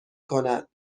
کند